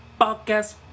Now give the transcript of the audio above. podcast